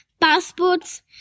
passports